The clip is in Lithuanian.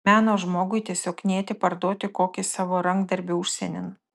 meno žmogui tiesiog knieti parduoti kokį savo rankdarbį užsienin